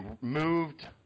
moved